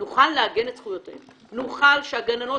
נוכל לעגן את זכויותיהן של הגננות